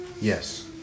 Yes